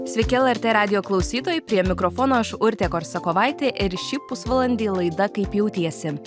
sveiki lrt radijo klausytojai prie mikrofono aš urtė korsakovaitė ir šį pusvalandį laida kaip jautiesi